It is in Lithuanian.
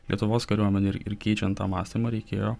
lietuvos kariuomenę ir ir keičiant tą mąstymą reikėjo